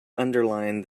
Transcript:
underline